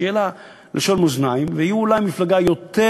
שתהיה לשון מאזניים והיא אולי מפלגה יותר